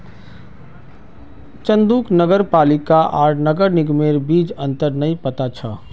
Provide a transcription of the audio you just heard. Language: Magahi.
चंदूक नगर पालिका आर नगर निगमेर बीच अंतर नइ पता छ